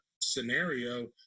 scenario